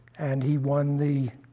and he won the